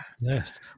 Yes